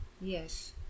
Yes